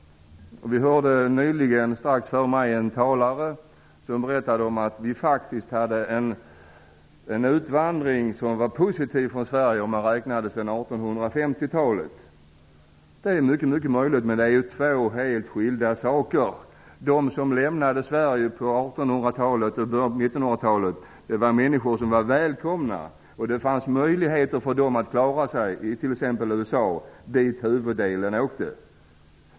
Strax före mig hörde vi en talare som berättade att vi faktiskt hade en positiv utvandring från Sverige, om man räknade sedan 1850-talet. Det är mycket möjligt, men det är två helt skilda saker. De som lämnade Sverige i slutet av 1800-talet och början av 1900-talet var människor som var välkomna. Det fanns möjligheter för dem att klara sig i t.ex. USA, dit huvuddelen av dem åkte.